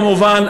כמובן,